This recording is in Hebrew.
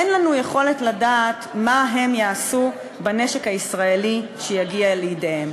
אין לנו יכולת לדעת מה הם יעשו בנשק הישראלי שיגיע לידיהם,